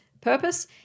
Purpose